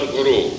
Guru